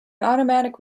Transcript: automatic